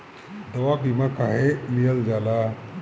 दवा बीमा काहे लियल जाला?